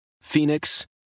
Phoenix